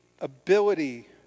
ability